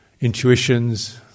intuitions